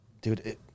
dude